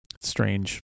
Strange